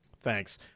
Thanks